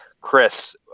Chris